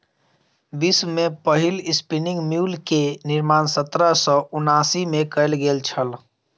विश्व में पहिल स्पिनिंग म्यूल के निर्माण सत्रह सौ उनासी में कयल गेल छल